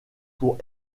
pour